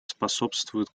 способствует